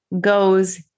goes